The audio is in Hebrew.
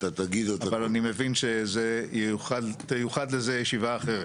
אבל אני מבין שתיוחד לזה ישיבה אחרת.